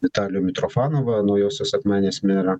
vitalijų mitrofanovą naujosios akmenės merą